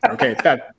Okay